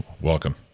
Welcome